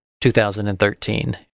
2013